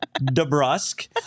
Debrusque